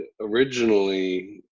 originally